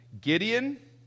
Gideon